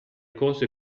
cose